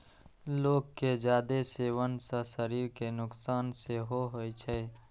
लौंग के जादे सेवन सं शरीर कें नुकसान सेहो होइ छै